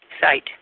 site